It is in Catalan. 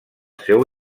seu